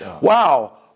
wow